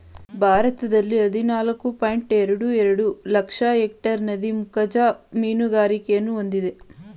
ಭಾರತದಲ್ಲಿ ಹದಿನಾಲ್ಕು ಪಾಯಿಂಟ್ ಎರಡು ಎರಡು ಲಕ್ಷ ಎಕ್ಟೇರ್ ನದಿ ಮುಖಜ ಮೀನುಗಾರಿಕೆಯನ್ನು ಹೊಂದಿದೆ